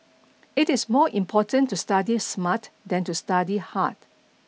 it is more important to study smart than to study hard